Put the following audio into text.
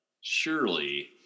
surely